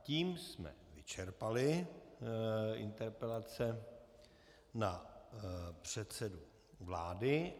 Tím jsme vyčerpali interpelace na předsedu vlády.